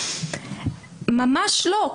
ממש לא,